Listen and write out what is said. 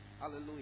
Hallelujah